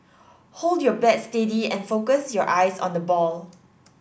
hold your bat steady and focus your eyes on the ball